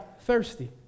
thirsty